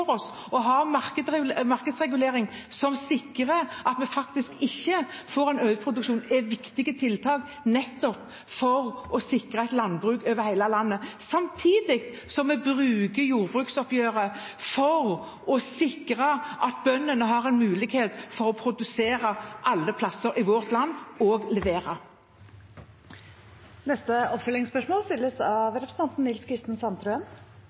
oss – og å ha en markedsregulering som sikrer at vi ikke får en overproduksjon. Det er viktige tiltak nettopp for å sikre et landbruk over hele landet, samtidig som vi bruker jordbruksoppgjøret for å sikre at bøndene har en mulighet for å produsere alle steder i vårt land og levere. Nils Kristen Sandtrøen – til oppfølgingsspørsmål.